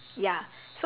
grandpa max